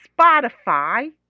Spotify